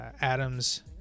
Adams